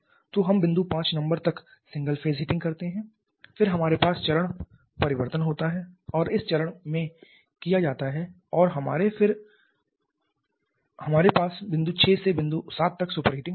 तो हम बिंदु 5 नंबर तक सिंगल फेज हीटिंग करते हैं फिर हमारे पास चरण परिवर्तन होता है और इस चरण में किया जाता है और फिर हमारे पास बिंदु 6 से बिंदु 7 तक सुपर हीटिंग होता है